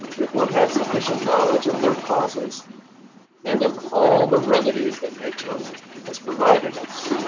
if one had sufficient knowledge of their causes and of all the remedies that nature has provided us.